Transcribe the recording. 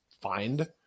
find